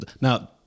Now